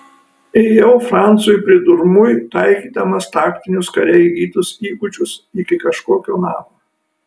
ėjau francui pridurmui taikydamas taktinius kare įgytus įgūdžius iki kažkokio namo